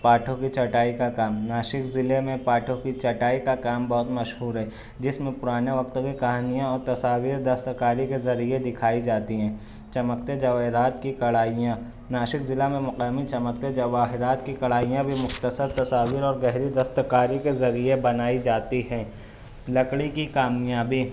پاٹھوں کی چٹائی کا کام ناسک ضلعے میں پاٹھوں کی چٹائی کا کام بہت مشہور ہے جس میں پرانے وقت کی کہانیاں اور تصاویر دستکاری کے ذریعے دکھائی جاتی ہیں چمکتے جواہرات کی کڑھائیاں ناسک ضلع میں مقامی چمکتے جواہرات کی کڑھائیاں بھی مختصر تصاویر اور گہری دستکاری کے ذریعے بنائی جاتی ہیں لکڑی کی کامیابی